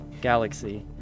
galaxy